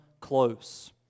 close